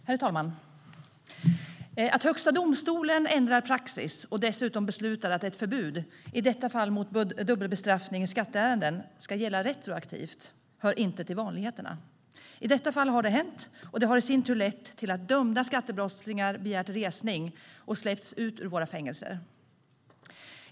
Herr talman! Att Högsta domstolen ändrar praxis och dessutom beslutar att ett förbud, i detta fall mot dubbelbestraffning i skatteärenden, ska gälla retroaktivt hör inte till vanligheterna. I detta fall har det hänt, och det har i sin tur lett till att dömda skattebrottslingar har begärt resning och släppts ut ur våra fängelser.